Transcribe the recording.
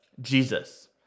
Jesus